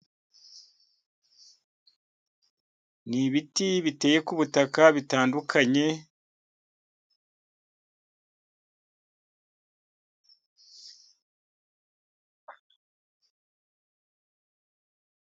Ni ibiti biteye ku butaka bitandukanye.